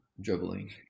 dribbling